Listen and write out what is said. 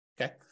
okay